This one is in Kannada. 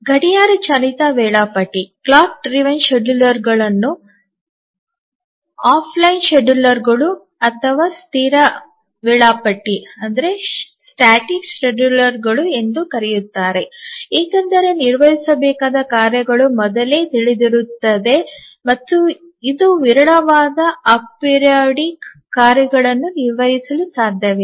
ಗಡಿಯಾರ ಚಾಲಿತ ವೇಳಾಪಟ್ಟಿಗಳನ್ನು ಆಫ್ಲೈನ್ ಶೆಡ್ಯೂಲರ್ಗಳು ಅಥವಾ ಸ್ಥಿರ ವೇಳಾಪಟ್ಟಿಗಳು ಎಂದೂ ಕರೆಯುತ್ತಾರೆ ಏಕೆಂದರೆ ನಿರ್ವಹಿಸಬೇಕಾದ ಕಾರ್ಯಗಳನ್ನು ಮೊದಲೇ ತಿಳಿದಿರುತ್ತದೆ ಮತ್ತು ಇದು ವಿರಳವಾದ ಅಪೆರಿಯೋಡಿಕ್ ಕಾರ್ಯಗಳನ್ನು ನಿರ್ವಹಿಸಲು ಸಾಧ್ಯವಿಲ್ಲ